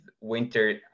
winter